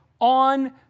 on